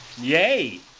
Yay